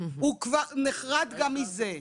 הוא נחרד גם מזה.